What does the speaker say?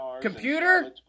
Computer